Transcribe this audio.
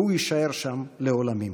והוא יישאר שם לעולמים.